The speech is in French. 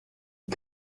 est